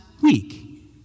week